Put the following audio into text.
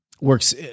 works